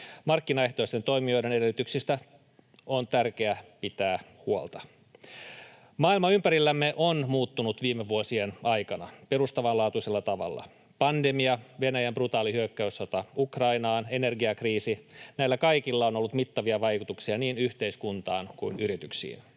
Markkinaehtoisten toimijoiden edellytyksistä on tärkeää pitää huolta. Maailma ympärillämme on muuttunut viime vuosien aikana perustavanlaatuisella tavalla. Pandemia, Venäjän brutaali hyökkäyssota Ukrainaan, energiakriisi — näillä kaikilla on ollut mittavia vaikutuksia niin yhteiskuntaan kuin yrityksiin.